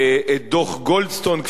דוח-גולדסטון,